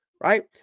right